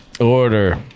Order